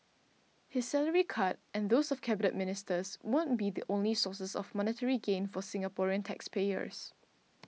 his salary cut and those of Cabinet Ministers won't be the only sources of monetary gain for Singaporean taxpayers